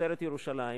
למשטרת ירושלים.